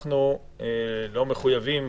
אנחנו לא מחויבים,